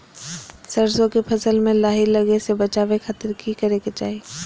सरसों के फसल में लाही लगे से बचावे खातिर की करे के चाही?